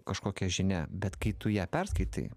kažkokia žinia bet kai tu ją perskaitai